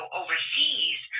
overseas